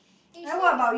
eh you still